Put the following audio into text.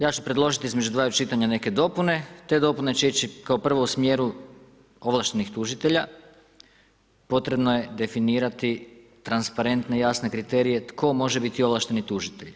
Ja ću predložit između dvaju čitanja neke dopune, te dopune će ići kao prvo u smjeru ovlaštenih tužitelja, potrebno je definirati transparentne i jasne kriterije tko može biti ovlašteni tužitelj.